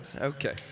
Okay